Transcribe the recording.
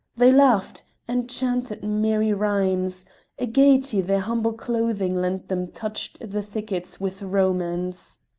they laughed, and chanted merry rhymes a gaiety their humble clothing lent them touched the thickets with romance.